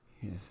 Yes